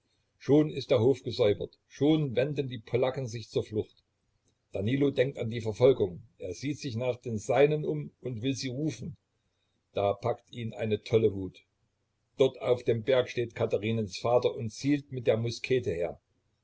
schon ist der hof gesäubert schon wenden die polacken sich zur flucht danilo denkt an die verfolgung er sieht sich nach den seinen um und will sie rufen da packt ihn eine tolle wut dort auf dem berg steht katherinens vater und zielt mit der muskete her